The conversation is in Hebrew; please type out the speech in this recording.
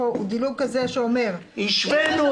היא מפורטת פה בפסקה 2. העובד יהיה זכאי